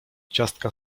ciastka